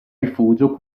rifugio